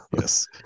Yes